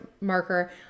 marker